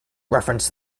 reference